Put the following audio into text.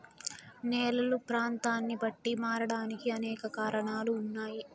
నేలలు ప్రాంతాన్ని బట్టి మారడానికి అనేక కారణాలు ఉన్నాయి